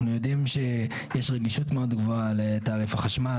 אנחנו יודעים שיש רגישות מאוד גבוהה לתעריף החשמל,